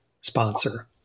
sponsor